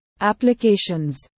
applications